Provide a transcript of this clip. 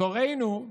"תורנו.